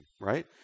right